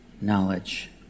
knowledge